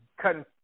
Cutting